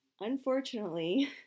unfortunately